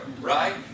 right